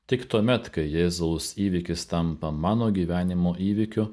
tik tuomet kai jėzaus įvykis tampa mano gyvenimo įvykiu